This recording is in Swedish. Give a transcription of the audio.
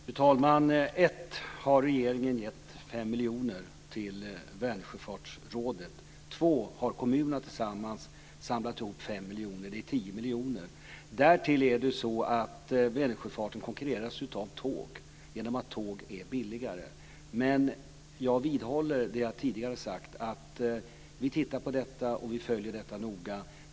Fru talman! För det första har regeringen gett 5 För det andra har kommunerna tillsammans samlat ihop 5 miljoner. Det blir 10 miljoner kronor. Därtill kommer att Vänersjöfarten konkurrerar med tåg, och tåg är billigare. Jag vidhåller det som jag tidigare har sagt: Vi tittar på detta och vi följer det noga.